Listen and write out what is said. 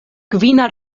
kvina